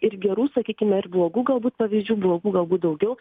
ir gerų sakykime ir blogų galbūt pavyzdžių blogų galbūt daugiau